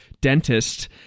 dentist